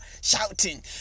shouting